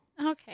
Okay